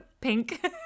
pink